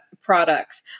products